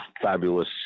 fabulous